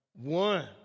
one